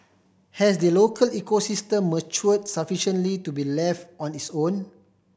has the local ecosystem matured sufficiently to be left on its own